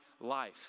life